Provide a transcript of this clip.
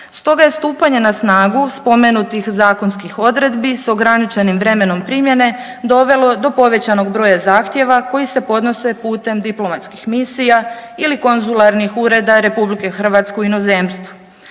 Stoga je stupanje na snagu spomenutih zakonskih odredbi s ograničenim vremenom primjene dovelo do povećanog broja zahtjeva koji se podnose putem diplomatskih misija ili konzularnih ureda RH u inozemstvu